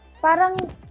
Parang